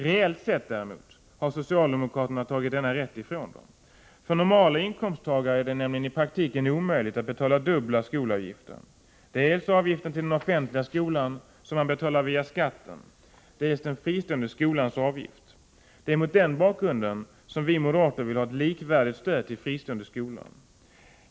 Reellt sett däremot har socialdemokraterna tagit denna rätt ifrån dem. För normalinkomsttagare är det nämligen i praktiken omöjligt att betala dubbla skolavgifter: dels avgiften till den offentliga skolan, som man betalar via skatten, dels den fristående skolans avgift. Det är mot den bakgrunden som vi moderater vill ha ett likvärdigt stöd till fristående skolor.